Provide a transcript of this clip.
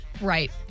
Right